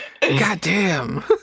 Goddamn